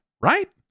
right